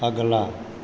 अगला